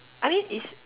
I mean is